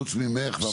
חוץ מכם.